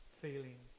feeling